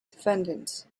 defendants